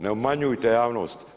Ne obmanjujte javnost.